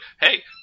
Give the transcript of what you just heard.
hey